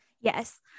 Yes